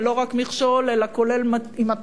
ולא רק מכשול אלא עם התרעות,